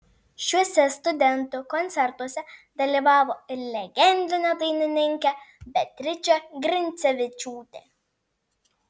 šiuose studentų koncertuose dalyvavo ir legendinė dainininkė beatričė grincevičiūtė